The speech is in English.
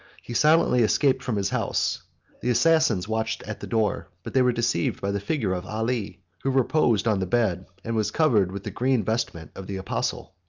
he silently escaped from his house the assassins watched at the door but they were deceived by the figure of ali, who reposed on the bed, and was covered with the green vestment of the apostle.